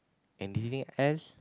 anything else